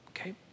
okay